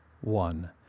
one